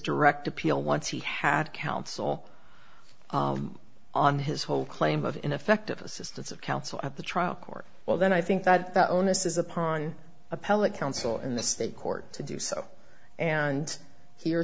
direct appeal once he had counsel on his whole claim of ineffective assistance of counsel at the trial court well then i think that the onus is upon appellate counsel in the state court to do so and he or